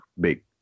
big